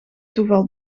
toeval